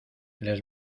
les